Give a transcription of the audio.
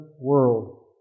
world